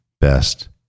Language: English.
best